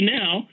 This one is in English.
now